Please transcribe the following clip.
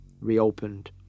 reopened